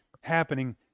happening